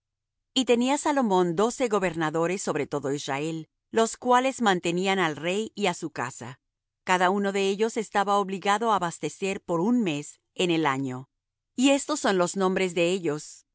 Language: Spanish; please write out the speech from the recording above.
y tenía salomón doce gobernadores sobre todo israel los cuales mantenían al rey y á su casa cada uno de ellos estaba obligado á abastecer por un mes en el año y estos son los nombres de ellos